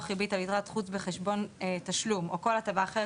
ריבית על יתרת זכות בחשבון תשלום או כל הטבה אחרת